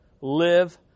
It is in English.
Live